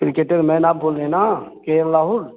cricketer man आप बोल रहे हैं न के एल राहुल